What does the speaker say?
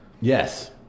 Yes